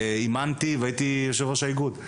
אימנתי והייתי יושב-ראש האיגוד.